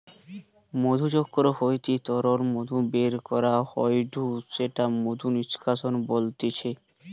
মধুচক্র হইতে তরল মধু বের করা হয়ঢু সেটা মধু নিষ্কাশন বলতিছে